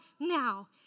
now